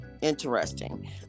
interesting